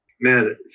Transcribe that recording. man